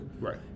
Right